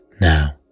now